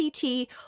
CT